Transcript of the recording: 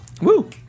Woo